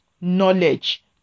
knowledge